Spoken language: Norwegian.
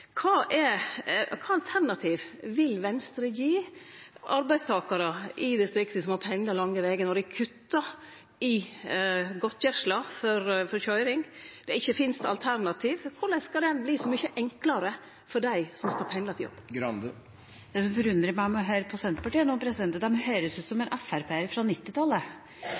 Kva alternativ vil Venstre gi arbeidstakarar i distrikta som pendlar lange vegar, når dei kuttar i godtgjersla for køyring og det ikkje finst alternativ ? Korleis skal det verte så mykje enklare for dei som må pendle til jobb? Det som forundrer meg når jeg hører på Senterpartiet nå, er at det høres ut som